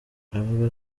avuga